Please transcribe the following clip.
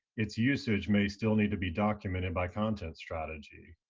its usage may still need to be documented by content strategy.